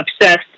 obsessed